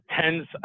tens